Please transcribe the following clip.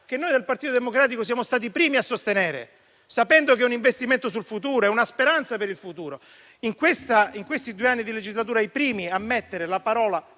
che noi del Partito Democratico siamo stati i primi a sostenere, sapendo che è un investimento e una speranza per il futuro. In questi due anni di legislatura il primo a portare le parole